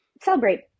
celebrate